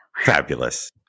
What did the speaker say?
Fabulous